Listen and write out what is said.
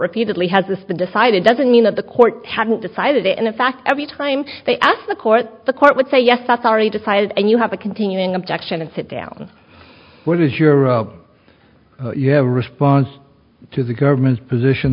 repeatedly has this been decided doesn't mean that the court hadn't decided in the fact every time they asked the court the court would say yes that's already decided and you have a continuing objection and sit down what is your you have a response to the government's position